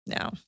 No